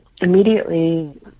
immediately